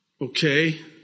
Okay